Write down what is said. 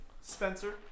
Spencer